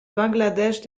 bangladesh